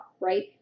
right